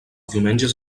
diumenges